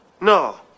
no